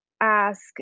ask